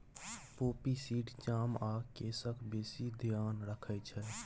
poppy seed चाम आ केसक बेसी धेआन रखै छै